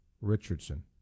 Richardson